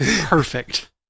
Perfect